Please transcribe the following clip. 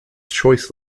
choice